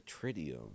tritium